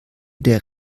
der